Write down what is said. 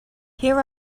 here